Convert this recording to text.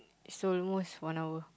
it's almost one hour